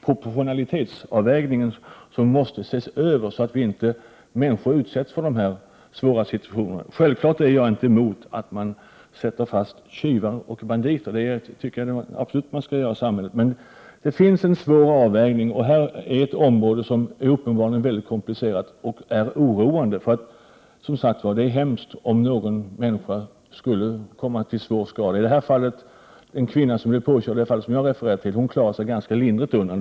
Proportionalitetsavvägningen måste ses över så att inte människor utsätts för dessa svåra situationer. Självfallet är jag inte emot att man sätter fast tjuvar och banditer. Det skall man absolut göra i samhället. Det är en svår avvägning, och det här är ett område som uppenbarligen är mycket komplicerat och oroande. Det är hemskt om någon människa skulle komma till svår skada. Kvinnan i det fall som jag har refererat till klarade sig ganska lindrigt undan.